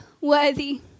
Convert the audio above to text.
worthy